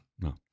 No